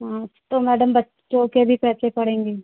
हाँ तो मैडम बच्चों के भी पैसे पड़ेंगे